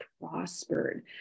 prospered